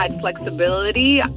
flexibility